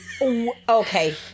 Okay